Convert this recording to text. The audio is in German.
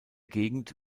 gegend